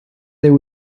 there